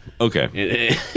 okay